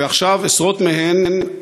ועכשיו עשרות מהן,